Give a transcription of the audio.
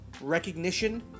recognition